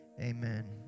Amen